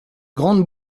grandes